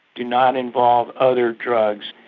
do not involve other drugs.